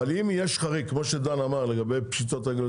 אבל אם יש חריג כמו שדן אמר לגבי פשיטות רגל,